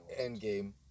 Endgame